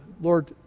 Lord